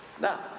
Now